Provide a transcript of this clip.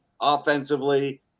offensively